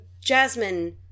Jasmine